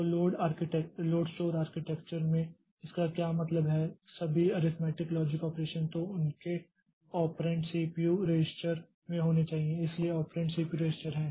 तो load store architecture में इसका क्या मतलब है कि सभी अरिथमेटिक लॉजिक ऑपरेशन तो उनके ऑपरेंड सीपीयू रजिस्टर में होने चाहिए इसलिए ऑपरेंड सीपीयू रजिस्टर हैं